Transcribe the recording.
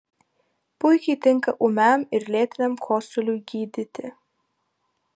puikiai tinka ūmiam ir lėtiniam kosuliui gydyti